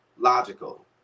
logical